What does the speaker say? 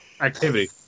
activity